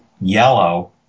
yellow